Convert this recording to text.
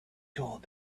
told